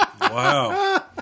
Wow